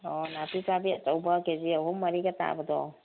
ꯑꯣ ꯅꯥꯄꯤꯆꯥꯕꯤ ꯑꯆꯧꯕ ꯀꯦ ꯖꯤ ꯑꯍꯨꯝ ꯃꯔꯤꯒ ꯇꯥꯕꯗꯣ